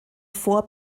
vor